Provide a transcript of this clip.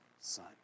Son